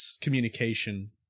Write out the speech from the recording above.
communication